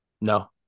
No